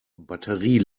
batterie